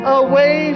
away